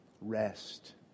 Rest